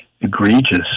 egregious